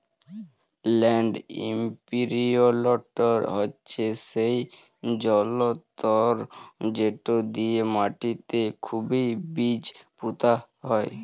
land ইমপিরিলটর হছে সেই জলতর্ যেট দিঁয়ে মাটিতে খুবই বীজ পুঁতা হয়